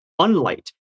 unlight